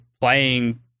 playing